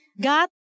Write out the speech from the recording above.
God